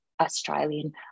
Australian